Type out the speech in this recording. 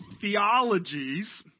theologies